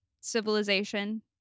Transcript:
civilization